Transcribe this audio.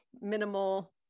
minimal